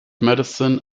medicine